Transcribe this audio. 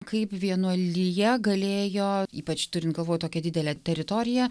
kaip vienuolija galėjo ypač turint galvoj tokią didelę teritoriją